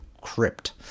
crypt